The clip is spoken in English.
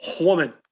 woman